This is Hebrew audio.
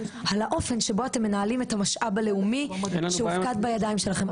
על האופן שבו אתם מנהלים את המשאב הלאומי שהופקד בידיים שלכם.